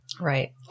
Right